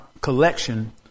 collection